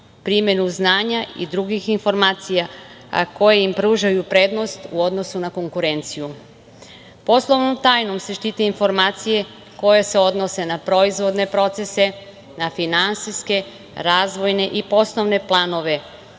primenu znanja i drugih informacija, a koje im pružaju prednost u odnosu na konkurenciju. Poslovnom tajnom se štite informacije koje se odnose na proizvodne procese, na finansijske, razvojne i poslovne planove,